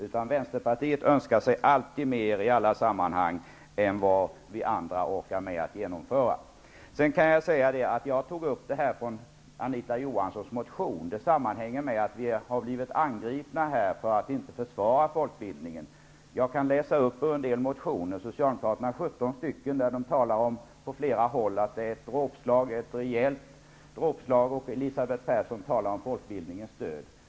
Vänsterpartiet önskar sig alltid mer än vad vi andra orkar med att genomföra. Att jag tog upp det som sägs i Anita Johanssons motion sammanhänger med att vi har blivit angripna för att inte försvara folkbildningen. Socialdemokraterna har avgett 17 motioner, och det talas där på flera ställen om att detta är ett rejält dråpslag mot folkbildningen. Elisabeth Persson talar om folkbildningens död.